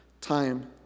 time